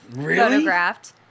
photographed